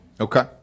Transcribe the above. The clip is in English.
okay